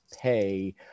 pay